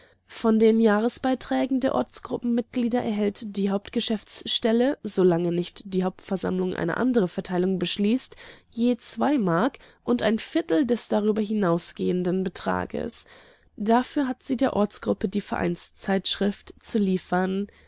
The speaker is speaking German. von den jahresbeiträgen der ortsgruppen-mitglieder erhält die hauptgeschäftsstelle solange nicht die hauptversammlung eine andere verteilung beschließt je zwei mark und ein viertel des darüber hinausgehenden betrages dafür hat sie der ortsgruppe die vereinszeitschrift zu liefern